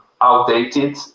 outdated